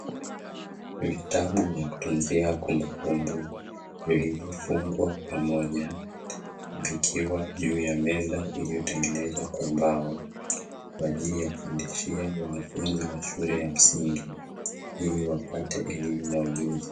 Vitabu vya kutunzia kumbukumbu vilivyofungwa pamoja, vikiwekwa juu ya meza iliyotengenezwa kwa mbao kwa ajili ya kufundishia wanafunzi shule ya msingi ili wapate elimu na ujuzi.